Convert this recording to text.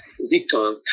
Victor